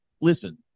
Listen